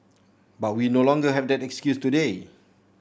but we no longer have that excuse today